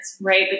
right